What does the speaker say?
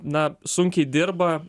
na sunkiai dirba